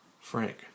Frank